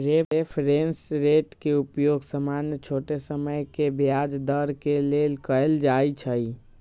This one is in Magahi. रेफरेंस रेट के उपयोग सामान्य छोट समय के ब्याज दर के लेल कएल जाइ छइ